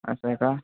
असं आहे का